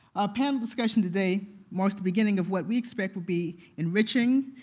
our panel discussion today marks the beginning of what we expect will be enriching,